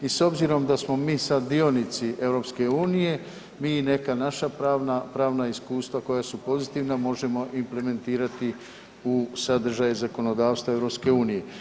I s obzirom da smo mi sad dionici EU mi neka naša pravna iskustva koja su pozitivna možemo implementirati u sadržaj zakonodavstva EU.